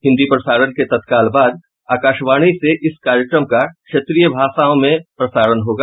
हिन्दी प्रसारण के तत्काल बाद आकाशवाणी से इस कार्यक्रम का क्षेत्रीय भाषाओं में प्रसारण होगा